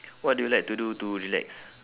what do you like to do to relax